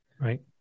right